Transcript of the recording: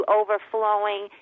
overflowing